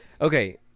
Okay